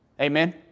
Amen